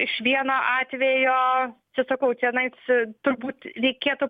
iš vieno atvejo čia sakau čianais turbūt reikėtų